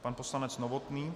Pan poslanec Novotný.